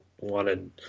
wanted